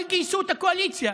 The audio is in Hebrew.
אבל גייסו את הקואליציה